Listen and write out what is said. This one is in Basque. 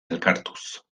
elkartuz